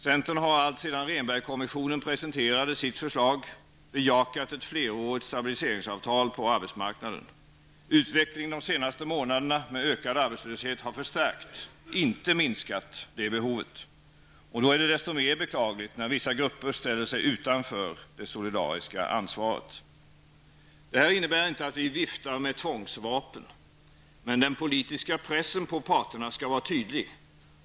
Centern har alltsedan Rehnberg-kommissionen presenterade sitt förslag bejakat ett flerårigt stabiliseringsavtal på arbetsmarknaden. Utvecklingen de senaste månaderna med ökad arbetslöshet har förstärkt, inte minskat, behovet. Då är det desto mer beklagligt när vissa grupper ställer sig utanför det solidariska ansvaret. Det innebär inte att vi viftar med tvångsvapen. Men den politiska pressen på parterna skall vara tydligt.